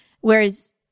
Whereas